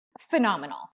phenomenal